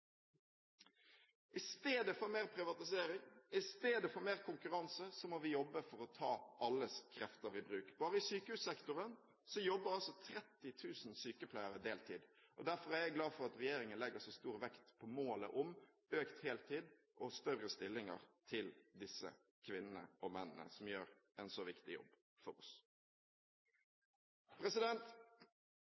I stedet for mer privatisering, i stedet for mer konkurranse må vi jobbe for å ta alles krefter i bruk. Bare i sykehussektoren jobber 30 000 sykepleiere deltid. Derfor er jeg glad for at regjeringen legger så stor vekt på målet om økt heltid og større stillinger til disse kvinnene og mennene, som gjør en så viktig jobb for